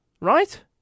Right